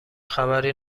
خبری